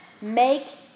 make